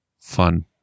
fun